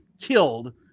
killed